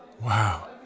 Wow